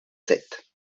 sept